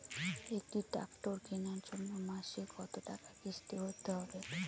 একটি ট্র্যাক্টর কেনার জন্য মাসে কত টাকা কিস্তি ভরতে হবে?